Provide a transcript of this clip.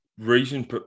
Reason